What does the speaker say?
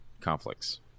conflicts